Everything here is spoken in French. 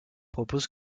propose